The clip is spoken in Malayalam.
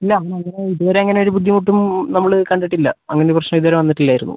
ഇല്ല അങ്ങനെ ഇതുവരെ അങ്ങനെ ഒരു ബുദ്ധിമുട്ടും നമ്മള് കണ്ടിട്ടില്ല അങ്ങനെ പ്രശ്നം ഇതുവരെ വന്നിട്ടില്ലായിരുന്നു